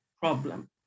problem